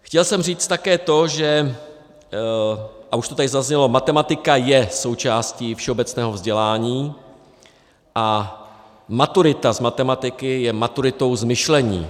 Chtěl jsem říct také to, a už to tady zaznělo, že matematika je součástí všeobecného vzdělání a maturita z matematiky je maturitou z myšlení.